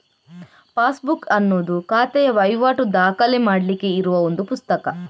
passbook ಅನ್ನುದು ಖಾತೆಯ ವೈವಾಟು ದಾಖಲೆ ಮಾಡ್ಲಿಕ್ಕೆ ಇರುವ ಒಂದು ಪುಸ್ತಕ